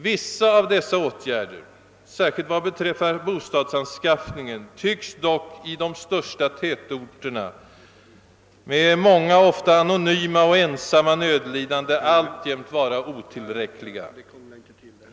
Vissa av dessa åtgärder, särskilt vad beträffar bostadsanskaffningen, tycks dock i de största tätorterna med många ofta anonyma och ensamma nödlidande alltjämt vara otillräckliga.